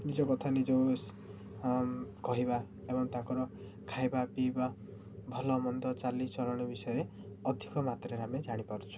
ନିଜ କଥା ନିଜକୁ କହିବା ଏବଂ ତାଙ୍କର ଖାଇବା ପିଇବା ଭଲମନ୍ଦ ଚାଲିଚଳନ ବିଷୟରେ ଅଧିକ ମାତ୍ରାରେ ଆମେ ଜାଣିପାରୁଛୁ